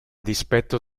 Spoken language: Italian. dispetto